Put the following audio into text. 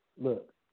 look